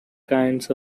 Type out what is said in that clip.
kinds